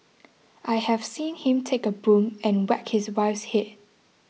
I have seen him take a broom and whack his wife's head